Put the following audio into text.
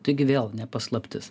taigi vėl ne paslaptis